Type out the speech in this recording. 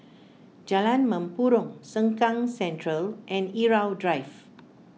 Jalan Mempurong Sengkang Central and Irau Drive